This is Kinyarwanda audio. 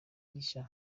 rishya